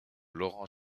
laurent